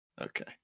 okay